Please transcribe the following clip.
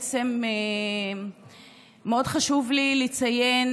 מאוד חשוב לי לציין